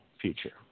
future